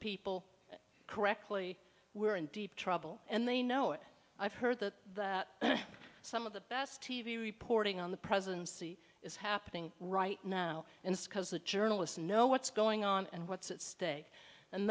people correctly we are in deep trouble and they know it i've heard that some of the best t v reporting on the presidency is happening right now in the skies the journalists know what's going on and what's at stake and